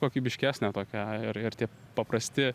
kokybiškesnė tokia ir ir tie paprasti